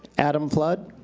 adam flood.